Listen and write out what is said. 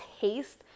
taste